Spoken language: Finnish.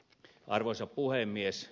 arvoisa puhemies